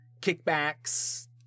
kickbacks